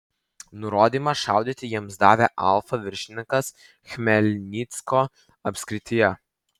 nurodymą šaudyti jiems davė alfa viršininkas chmelnyckio apskrityje